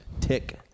tick